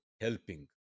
helping